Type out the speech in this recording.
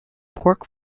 pork